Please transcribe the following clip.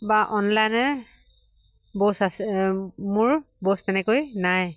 বা অনলাইনে বস আছে মোৰ তেনেকৈ নাই